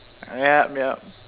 yup yup